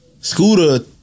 Scooter